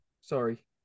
sorry